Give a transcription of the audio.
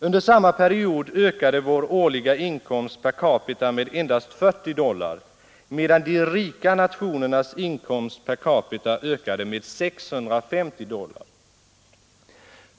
Under samma period ökade vår årliga inkomst per capita med endast 40 dollar, medan de rika nationernas inkomst per capita ökade med 650 dollar.